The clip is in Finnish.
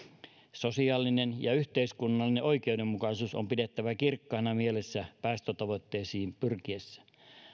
sosiaalinen ja yhteiskunnallinen oikeudenmukaisuus on pidettävä kirkkaana mielessä päästötavoitteisiin pyrkiessä